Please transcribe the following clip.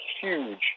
huge